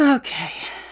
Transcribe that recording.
Okay